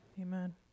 Amen